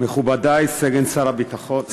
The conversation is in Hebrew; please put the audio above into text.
מכובדי סֶגֶן שר הביטחון,